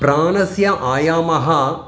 प्राणस्य आयामः